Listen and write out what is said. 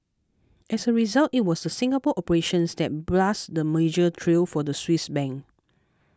as a result it was the Singapore operations that blazed the merger trail for the Swiss Bank